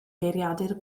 geiriadur